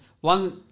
one